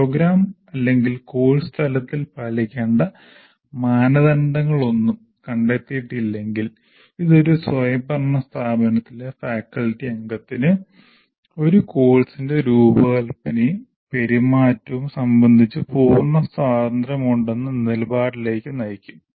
programme അല്ലെങ്കിൽ course തലത്തിൽ പാലിക്കേണ്ട മാനദണ്ഡങ്ങളൊന്നും കണ്ടെത്തിയിട്ടില്ലെങ്കിൽ ഇത് ഒരു സ്വയംഭരണ സ്ഥാപനത്തിലെ ഫാക്കൽറ്റി അംഗത്തിന് ഒരു കോഴ്സിന്റെ രൂപകൽപ്പനയും പെരുമാറ്റവും സംബന്ധിച്ച് പൂർണ്ണ സ്വാതന്ത്ര്യമുണ്ടെന്ന നിലപാടിലേക്ക് നയിക്കും